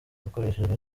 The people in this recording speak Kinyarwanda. yakoreshejwe